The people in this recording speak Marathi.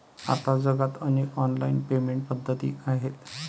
आता जगात अनेक ऑनलाइन पेमेंट पद्धती आहेत